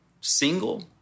single